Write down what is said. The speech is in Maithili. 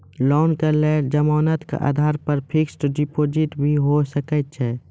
लोन के लेल जमानत के आधार पर फिक्स्ड डिपोजिट भी होय सके छै?